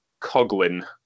Coglin